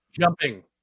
jumping